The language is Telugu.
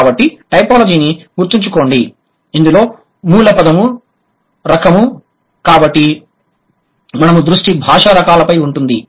కాబట్టి టైపోలాజీని గుర్తుంచుకోండి ఇందులో మూల పదము రకము కాబట్టి మన దృష్టి భాషా రకాలపై ఉంటుంది